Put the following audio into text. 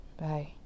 Bye